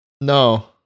No